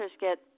get